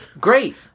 Great